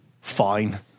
Fine